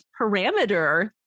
parameter